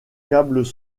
câbles